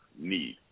need